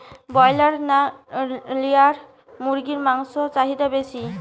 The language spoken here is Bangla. ব্রলার না লেয়ার মুরগির মাংসর চাহিদা বেশি?